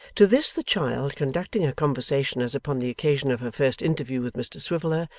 to this, the child, conducting her conversation as upon the occasion of her first interview with mr swiveller,